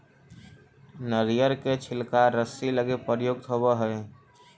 नरियर के छिलका रस्सि लगी प्रयुक्त होवऽ हई